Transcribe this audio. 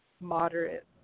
moderate